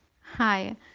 Hi